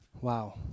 Wow